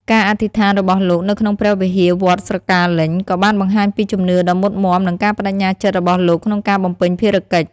ការអធិដ្ឋានរបស់លោកនៅក្នុងព្រះវិហារវត្តស្រកាលេញ ក៏បានបង្ហាញពីជំនឿដ៏មុតមាំនិងការប្តេជ្ញាចិត្តរបស់លោកក្នុងការបំពេញភារកិច្ច។